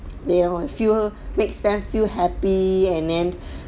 yeah feel makes them feel happy and then